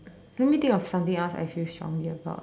let me think of something else I feel strongly about